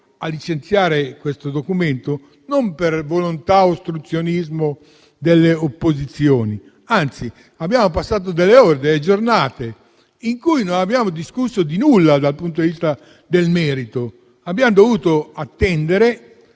a licenziare questo provvedimento, non per volontà ostruzionistica delle opposizioni; anzi, abbiamo passato delle ore e delle giornate in cui non abbiamo discusso di nulla dal punto di vista del merito, ma abbiamo dovuto attendere